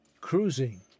cruising